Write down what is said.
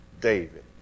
David